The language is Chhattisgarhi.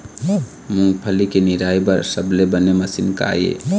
मूंगफली के निराई बर सबले बने मशीन का ये?